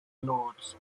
lords